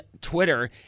Twitter